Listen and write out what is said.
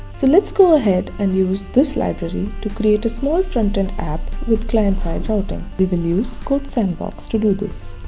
so let's go ahead and use this library to create a small frontend app with client side routing we will use codesandbox to do this.